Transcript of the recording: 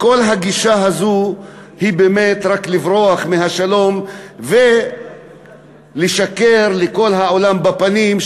כל הגישה הזו היא באמת רק לברוח מהשלום ולשקר לכל העולם בפנים,